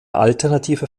alternative